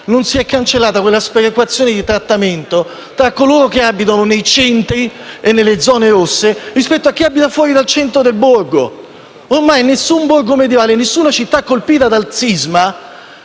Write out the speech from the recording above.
non si è cancellata quella sperequazione di trattamento tra coloro che abitano nei centri e nelle zone rosse rispetto a chi abita fuori dal centro del borgo. Ormai nessun borgo medievale e nessuna città colpita dal sisma